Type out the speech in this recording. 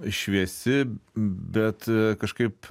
šviesi bet kažkaip